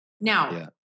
Now